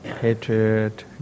hatred